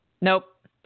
Nope